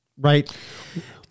right